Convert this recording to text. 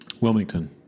Wilmington